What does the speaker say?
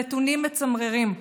הנתונים מצמררים.